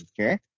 okay